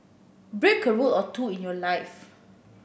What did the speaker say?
break a rule or two in your life